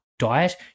Diet